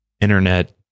internet